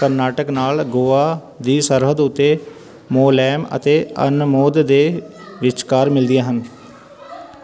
ਕਰਨਾਟਕ ਨਾਲ ਗੋਆ ਦੀ ਸਰਹੱਦ ਉੱਤੇ ਮੋਲੈਮ ਅਤੇ ਅਨਮੋਦ ਦੇ ਵਿਚਕਾਰ ਮਿਲਦੀਆਂ ਹਨ